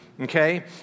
okay